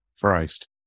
Christ